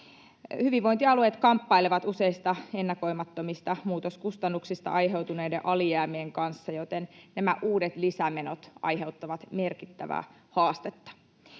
Hyvinvointialueet kamppailevat useista ennakoimattomista muutoskustannuksista aiheutuneiden alijäämien kanssa, joten nämä uudet lisämenot aiheuttavat merkittävää haastetta.